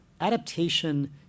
adaptation